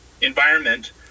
environment